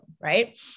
right